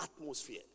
atmosphere